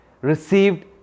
Received